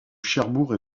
cherbourg